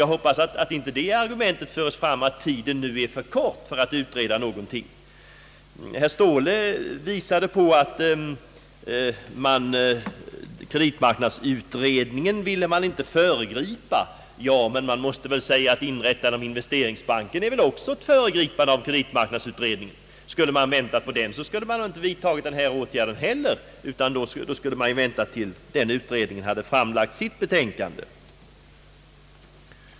Jag hoppas därför att inte det argumentet förs fram att tiden nu är för kort att utreda någonting. Herr Ståhle sade att man inte ville föregripa kreditmarknadsutredningen. Ja, men inrättandet av en investeringsbank innebär väl ett föregripande av kreditmarknadsutredningen. Skulle man ha väntat på den utredningen borde man inte ha vidtagit den här åtgärden heller, utan då borde man ha väntat tills den utredningen framlagt sitt betänkande.